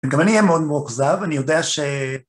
גם אני אהיה מאוד מאוכזב, אני יודע ש...